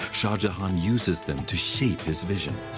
shah jahan uses them to shape his vision.